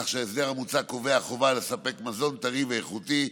כך שההסדר המוצע קובע חובה לספק מזון טרי ואיכותי,